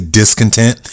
discontent